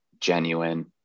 genuine